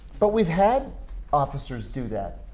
but we've had officers do that.